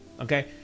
Okay